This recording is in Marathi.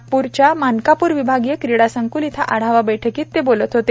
नागप्रच्या मानकाप्र विभागीय क्रीडा संक्ल येथे आढावा बैठकीत ते बोलत होते